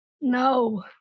No